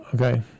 Okay